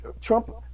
Trump